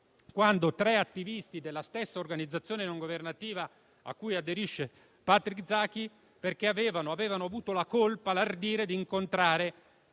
quando tre attivisti dell'organizzazione non governativa a cui aderisce Patrick Zaki avevano avuto l'ardire di incontrare